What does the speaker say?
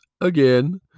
again